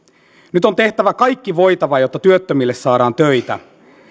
nyt on tehtävä kaikki voitava jotta työttömille saadaan töitä